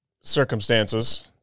circumstances